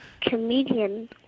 comedian